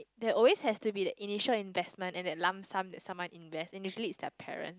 there always has to be that initial investment and that lump sum that someone invest and usually it's the parents